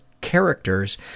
characters